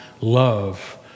love